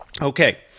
Okay